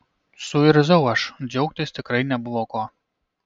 suirzau aš džiaugtis tikrai nebuvo ko